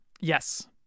Yes